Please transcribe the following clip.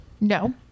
No